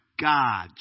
God